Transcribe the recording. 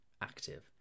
active